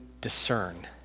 discern